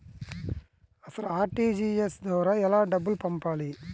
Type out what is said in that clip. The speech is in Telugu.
అసలు అర్.టీ.జీ.ఎస్ ద్వారా ఎలా డబ్బులు పంపాలి?